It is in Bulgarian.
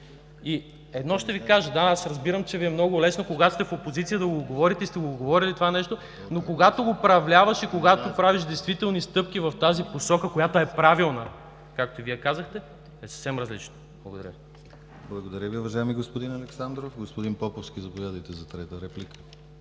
и да критикуваш. Разбирам, че Ви е много лесно, когато сте в опозиция, да го говорите и сте го говорили това нещо, но когато управляваш и когато правиш действителни стъпки в тази посока, а тя е правилна, както и Вие казахте, е съвсем различно. Благодаря Ви. ПРЕДСЕДАТЕЛ ДИМИТЪР ГЛАВЧЕВ: Благодаря Ви, уважаеми господин Александров. Господин Поповски, заповядайте за трета реплика.